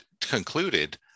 concluded